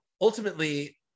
ultimately